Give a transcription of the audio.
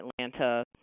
Atlanta